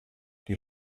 die